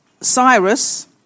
Cyrus